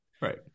Right